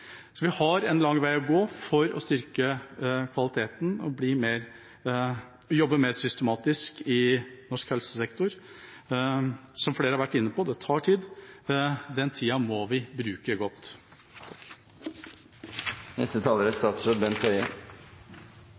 Vi har en lang vei å gå for å styrke kvaliteten og jobbe mer systematisk i norsk helsesektor. Som flere har vært inne på, tar det tid, og den tiden må vi bruke godt. Også jeg vil gratulere alle med dagen, med Verdens helsedag. Det er